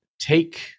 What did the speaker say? take